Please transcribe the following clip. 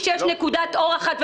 יש נקודת אור אחת,